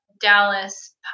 Dallas